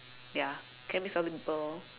ya can meet some other people